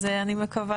אז אני מקווה